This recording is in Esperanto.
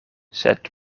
sed